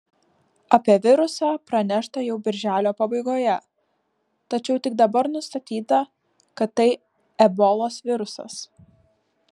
apie virusą pranešta jau birželio pabaigoje tačiau tik dabar nustatyta kad tai ebolos virusas